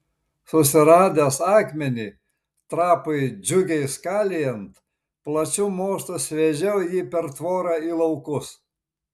susiradęs akmenį trapui džiugiai skalijant plačiu mostu sviedžiau jį per tvorą į laukus